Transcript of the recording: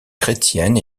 chrétienne